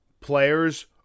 players